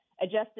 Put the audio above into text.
adjusted